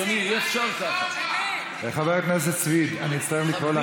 וראש הממשלה, מה הצביע?